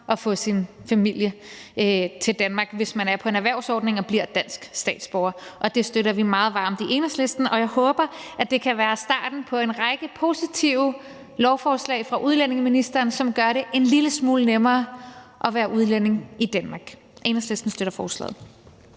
at få sin familie til Danmark, hvis man er på en erhvervsordning og bliver dansk statsborger, og det støtter vi meget varmt i Enhedslisten. Jeg håber, at det kan være starten på en række positive lovforslag fra udlændingeministeren, som gør det en lille smule nemmere at være udlænding i Danmark. Enhedslisten støtter forslaget.